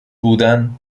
بودن